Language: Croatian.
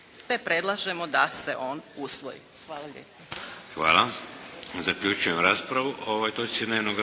te predlažemo da se on usvoji. Hvala